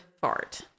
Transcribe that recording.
fart